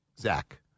Zach